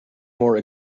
more